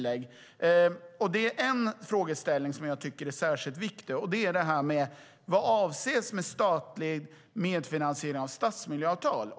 Det är en frågeställning som jag tycker är särskilt viktig, nämligen: Vad avses med statlig medfinansiering av stadsmiljöavtal?